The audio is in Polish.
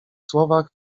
słowach